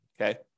okay